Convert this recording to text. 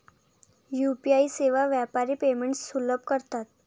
UPI सेवा व्यापारी payments सुलभ करतात